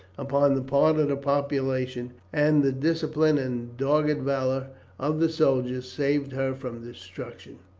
upon the part of the population, and the discipline and dogged valour of the soldiers, saved her from destruction.